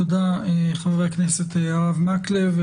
תודה חבר הכנסת הרב מקלב.